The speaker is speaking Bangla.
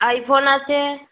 আইফোন আছে